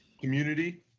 community